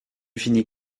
finis